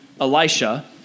Elisha